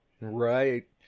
Right